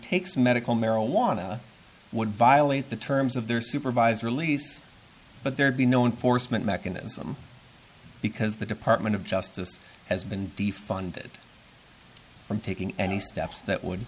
takes medical marijuana would violate the terms of their supervised release but there'd be no enforcement mechanism because the department of justice has been defunded from taking any steps that would